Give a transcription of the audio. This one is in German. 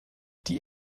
die